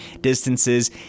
distances